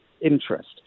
interest